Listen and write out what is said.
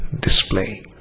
display